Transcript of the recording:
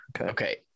okay